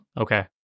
Okay